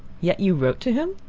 yet you wrote to him?